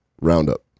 Roundup